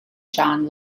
john